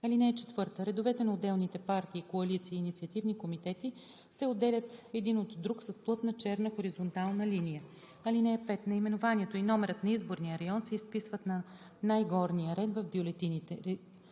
никого“. (4) Редовете на отделните партии, коалиции и инициативни комитети се отделят един от друг с плътна черна хоризонтална линия. (5) Наименованието и номерът на изборния район се изписват на най-горния ред в бюлетините.